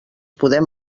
podem